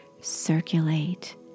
circulate